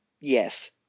Yes